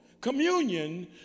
communion